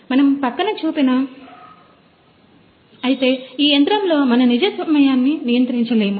మనము పక్కన చూపిన సమయం వరకు ఈ విషయాన్ని చూడవలెను అయితే ఈ యంత్రంలో మనం నిజ సమయాన్ని నియంత్రించలేము